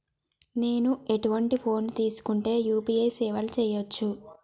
నేను ఎటువంటి ఫోన్ తీసుకుంటే యూ.పీ.ఐ సేవలు చేయవచ్చు?